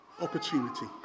opportunity